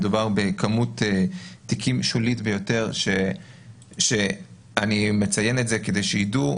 מדובר בכמות תיקים שולית ביותר שאני מציין את זה כדי שיידעו.